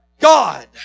God